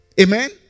Amen